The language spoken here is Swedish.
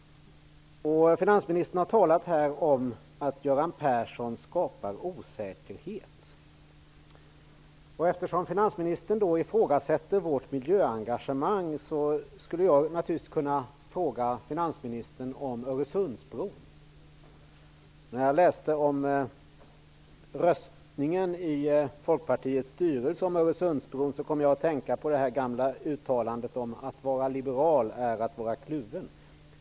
Finansministern har här talat om att Göran Persson skapar osäkerhet. Eftersom finansministern ifrågasätter vårt miljöengagemang, skulle jag naturligtvis kunna fråga finansministern om Öresundsbron. Jag läste om Folkpartiets styrelses röstning om Öresundsbron, och jag kom då att tänka på det gamla uttalandet: Att vara liberal är att vara kluven.